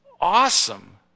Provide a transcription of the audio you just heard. awesome